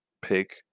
pick